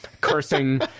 cursing